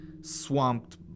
swamped